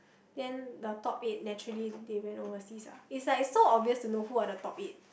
then the top eight naturally they went overseas lah is like so obvious to know who's the top eight